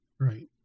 Right